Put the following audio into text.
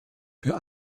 für